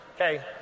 Okay